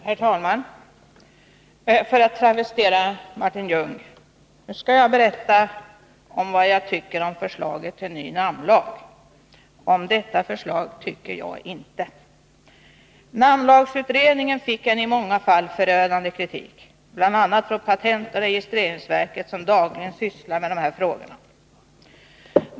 Herr talman! För att travestera Martin Ljung: Nu skall jag berätta vad jag tycker om förslaget till ny namnlag. Om detta förslag tycker jag inte. Namnlagsutredningen fick en i många fall förödande kritik, bl.a. från patentoch registreringsverket, som dagligen sysslar med de här frågorna.